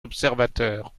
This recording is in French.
observateurs